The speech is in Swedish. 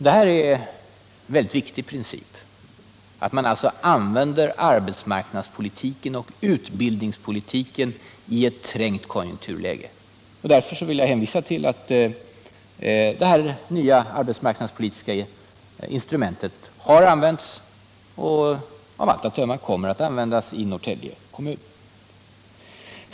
Det är en mycket viktig princip att sätta in utbildningsåtgärder i arbetsmarknadspolitiskt syfte i ett trängt konjunkturläge. Därför vill jag hänvisa till att detta nya arbetsmarknadspolitiska instrument har använts och av allt att döma kommer att användas i Norrtälje kommun.